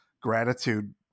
gratitude